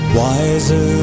wiser